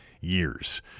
years